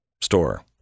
store